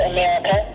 America